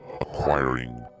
acquiring